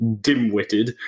dim-witted